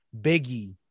Biggie